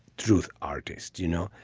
truth artist, you know,